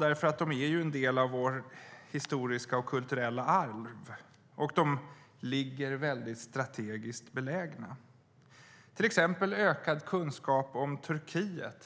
därför att de är en del av vårt historiska och kulturella arv. De är mycket strategiskt belägna. Det gäller till exempel ökad kunskap om Turkiet.